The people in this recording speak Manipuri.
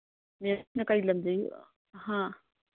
ꯃꯦꯝꯅ ꯀꯩ ꯂꯝꯗꯩ ꯍꯥ